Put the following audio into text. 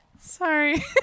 Sorry